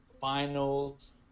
Finals